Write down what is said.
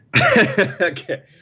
Okay